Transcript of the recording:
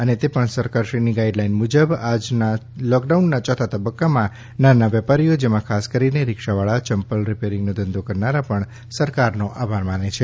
અને તે પણ સરકાર શ્રી ની ગાઈડલાઈન મુજબ આજના લોકડાઉનના ચોથા તબક્કામાં નાના વેપારીઓ જેમાં ખાસ કરીને રીક્ષા વાળા ચંપલ રીપેરીંગ નો ધંધો કરનારા પણ સરકારનો આભાર માને છે